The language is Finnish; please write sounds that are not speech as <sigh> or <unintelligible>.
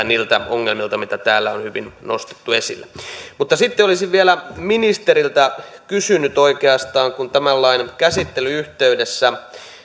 <unintelligible> niiltä ongelmilta mitä täällä on hyvin nostettu esille sitten olisin vielä ministeriltä kysynyt kun tämän lain käsittelyn yhteydessä